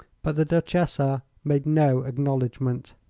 but the duchessa made no acknowledgment.